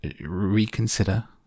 Reconsider